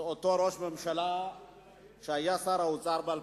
אותו ראש ממשלה שהיה שר האוצר ב-2003.